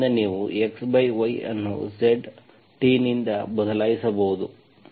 ಆದ್ದರಿಂದ ನೀವು xy ಅನ್ನು Z t ನಿಂದ ಬದಲಾಯಿಸಬಹುದು